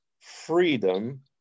freedom